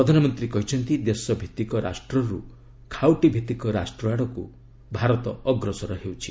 ପ୍ରଧାନମନ୍ତ୍ରୀ କହିଛନ୍ତି ଦେଶ ଶିକ୍ଷଭିତ୍ତିକ ରାଷ୍ଟ୍ରର୍ ଖାଉଟୀ ଭିତ୍ତିକ ରାଷ୍ଟ୍ରଆଡକୁ ଅଗ୍ରସର ହେଉଛି